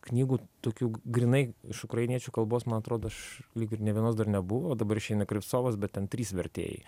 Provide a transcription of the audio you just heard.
knygų tokių grynai iš ukrainiečių kalbos man atrodo aš lyg ir nei vienos dar nebuvo o dabar išeina krivcovas bet ten trys vertėjai